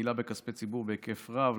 מעילה בכספי ציבור בהיקף רב,